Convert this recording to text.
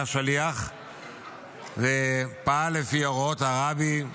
היה שליח ופעל לפי הוראות הרבי,